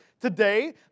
today